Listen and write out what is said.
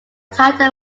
title